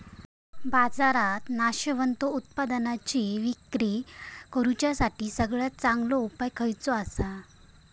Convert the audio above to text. बाजारात नाशवंत उत्पादनांची इक्री करुच्यासाठी सगळ्यात चांगलो उपाय खयचो आसा?